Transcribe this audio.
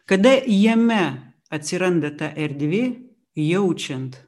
kada jame atsiranda ta erdvė jaučiant